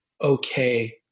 okay